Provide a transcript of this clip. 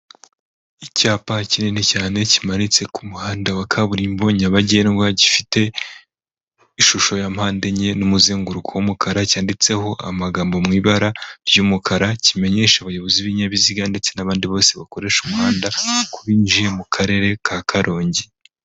Icyapa kinini cyane, kimanitse ku muhanda wa kaburimbo nyabagendwa, gifite ishusho ya mpande enye, n'umuzenguruko w'umukara, cyanditseho amagambo mu ibara ry'umukara, kimenyesha abayobozi b'ibinyabiziga ndetse n'abandi bose bakoresha umuhanda ko binjiye mu karere ka Karongi.